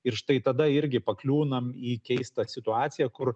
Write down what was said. ir štai tada irgi pakliūnam į keistą situaciją kur